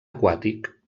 aquàtic